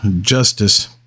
justice